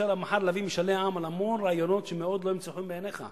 אפשר מחר להביא משאלי עם על המון רעיונות שמאוד לא ימצאו חן בעיניך.